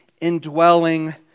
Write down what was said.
indwelling